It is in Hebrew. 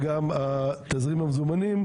וגם תזרים המזומנים,